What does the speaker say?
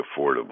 affordable